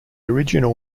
original